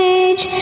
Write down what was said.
age